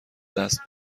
دست